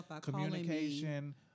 communication